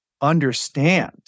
understand